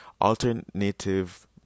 Alternative